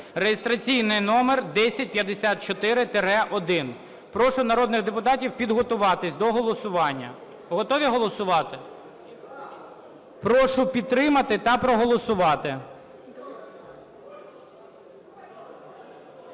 (реєстраційний номер 1054-1). Прошу народних депутатів підготуватись до голосування. Готові голосувати? Прошу підтримати та проголосувати.